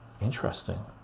interesting